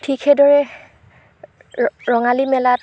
ঠিক সেইদৰে ৰঙালী মেলাত